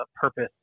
purpose